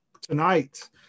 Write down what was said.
Tonight